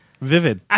Vivid